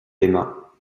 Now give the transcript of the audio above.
aimas